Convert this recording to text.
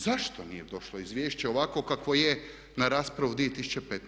Zašto nije došlo izvješće ovakvo kakvo je na raspravu 2015.